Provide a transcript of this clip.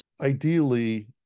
Ideally